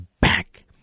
back